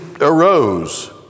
arose